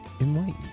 enlightened